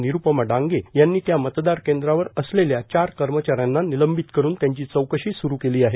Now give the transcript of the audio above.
निरुपमा डांगे यांनी त्या मतदार केंद्रावर असलेल्या चार कर्मचाऱ्यांना निलंबित करुन त्यांची चौकशी सुरु केली आहे